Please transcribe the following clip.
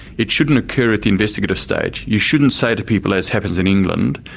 it shouldn't occur at the investigative state. you shouldn't say to people, as happens in england,